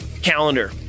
calendar